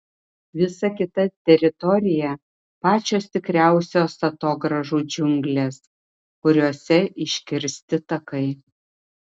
visa kita teritorija pačios tikriausios atogrąžų džiunglės kuriose iškirsti takai